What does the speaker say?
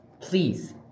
please